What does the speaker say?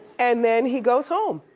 and then he goes home.